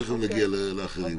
תכף נגיע לאחרים.